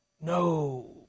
no